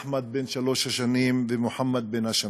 אחמד בן שלוש השנים ומוחמד בן השנה.